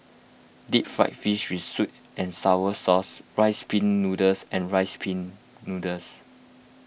Deep Fried Fish with Sweet and Sour Sauce Rice Pin Noodles and Rice Pin Noodles